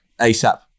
ASAP